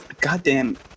Goddamn